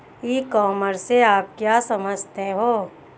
ई commerce से आप क्या समझते हो?